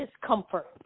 discomfort